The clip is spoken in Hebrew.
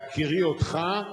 בהכירי אותך,